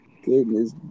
Goodness